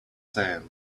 sand